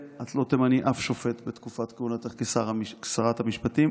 את לא תמני אף שופט בתקופת כהונתך כשרת המשפטים.